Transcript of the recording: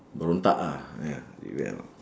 berontak ah ya rebel